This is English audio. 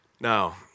Now